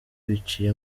biciye